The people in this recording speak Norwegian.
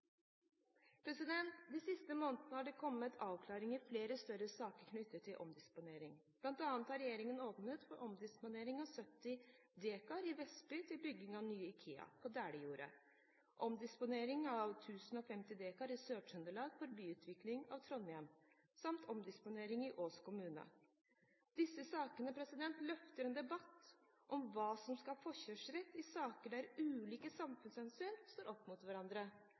De siste månedene har det kommet avklaringer i flere store saker knyttet til omdisponering. Blant annet har regjeringen åpnet for omdisponering av 70 dekar i Vestby for bygging av ny IKEA på Delijordet, omdisponering av 1 050 dekar i Sør-Trøndelag for byutvikling av Trondheim samt omdisponering i Os kommune. Disse sakene løfter en debatt om hva som skal ha forkjørsrett i saker der ulike samfunnshensyn står opp mot hverandre.